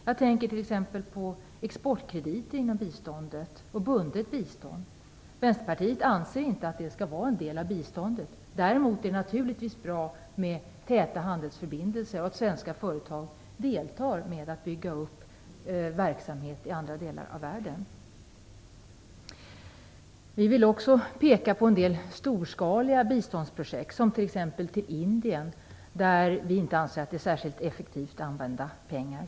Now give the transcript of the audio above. Jag tänker då på exportkrediter inom biståndet och bundet bistånd. Centerpartiet anser inte att detta skall utgöra en del av biståndet. Däremot är det naturligtvis bra med täta handelsförbindelser och att svenska företag deltar i uppbyggande av verksamheter i andra delar av världen. Vi vill också peka på en del storskaliga biståndsprojekt. Vi anser t.ex. att sådant bistånd till Indien inte är särskilt effektivt använda pengar.